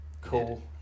Cool